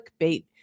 clickbait